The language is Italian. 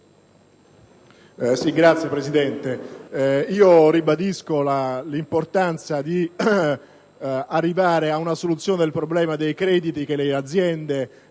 Signor Presidente, ribadisco l'importanza di arrivare a una soluzione del problema dei crediti che le aziende